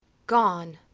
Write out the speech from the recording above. gone,